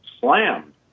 slammed